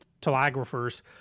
telegraphers